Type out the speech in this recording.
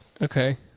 Okay